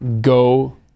go